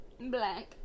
Black